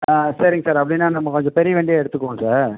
ஆ சரிங்க சார் அப்படின்னா நம்ம கொஞ்சம் பெரிய வண்டியாக எடுத்துக்குவோம் சார்